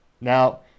Now